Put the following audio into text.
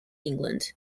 england